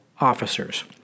officers